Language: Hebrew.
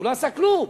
הוא לא עשה כלום,